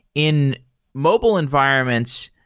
in mobile environments,